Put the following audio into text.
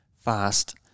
fast